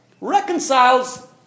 reconciles